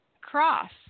cross